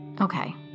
Okay